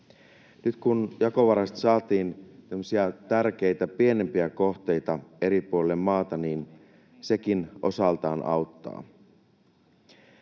Nyt kun jakovarasta saatiin tämmöisiä tärkeitä, pienempiä kohteita eri puolille maata, niin sekin osaltaan auttaa.